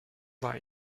war